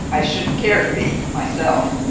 i shouldn't care to be, myself,